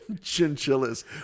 Chinchillas